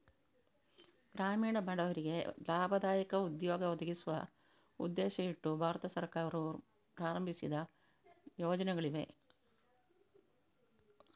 ಗ್ರಾಮೀಣ ಬಡವರಿಗೆ ಲಾಭದಾಯಕ ಉದ್ಯೋಗ ಒದಗಿಸುವ ಉದ್ದೇಶ ಇಟ್ಟು ಭಾರತ ಸರ್ಕಾರವು ಪ್ರಾರಂಭಿಸಿದ ಯೋಜನೆಗಳಿವೆ